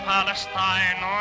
Palestine